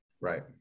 right